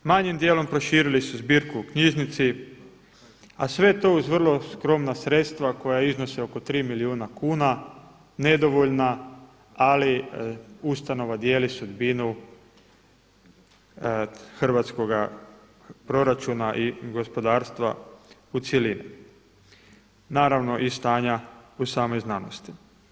Manjim dijelom proširili su zbirku u knjižnici, a sve to uz vrlo skromna sredstva koja iznose oko tri milijuna kuna nedovoljna, ali ustanova dijeli sudbinu hrvatskoga proračuna i gospodarstva u cjelini, naravno i stanja u samoj znanosti.